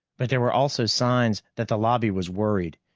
but there were also signs that the lobby was worried,